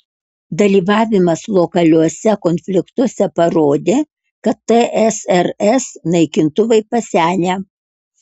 dalyvavimas lokaliuose konfliktuose parodė kad tsrs naikintuvai pasenę